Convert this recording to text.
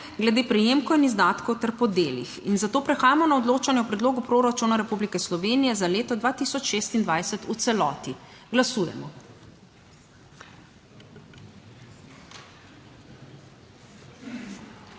glede prejemkov in izdatkov ter po delih. Prehajamo na odločanje o Predlogu proračuna Republike Slovenije za leto 2026 v celoti. Glasujemo.